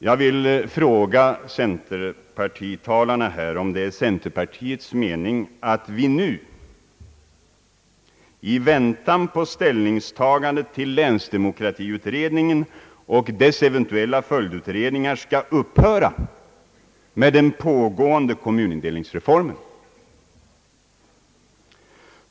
Jag vill fråga dem som talar för centerpartiet, om det är centerpartiets mening att vi nu i väntan på ställningstagandet till länsdemokratiutredningen och dess eventuella följdutredningar skall upphöra med den pågående kommunindelningsreformen?